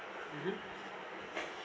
mmhmm